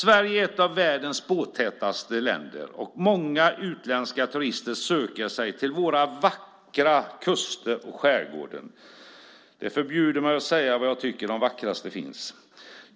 Sverige är ett av världens båttätaste länder, och många utländska turister söker sig till våra vackra kuster och skärgårdar. Min blygsamhet förbjuder mig att säga var jag tycker att de vackraste finns.